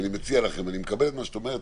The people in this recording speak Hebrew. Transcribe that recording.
אני מקבל את מה שאת אומרת,